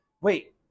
wait